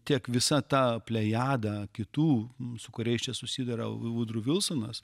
tiek visa ta plejada kitų su kuriais čia susiduria vudru vilsonas